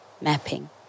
mapping